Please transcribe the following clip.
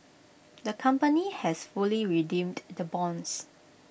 the company has fully redeemed the bonds